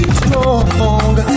strong